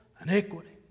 iniquity